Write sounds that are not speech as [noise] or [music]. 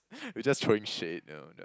[laughs] we're just throwing shade you know